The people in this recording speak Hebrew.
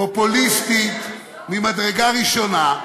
פופוליסטית ממדרגה ראשונה,